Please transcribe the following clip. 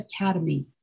Academy